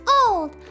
old